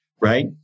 right